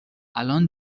الان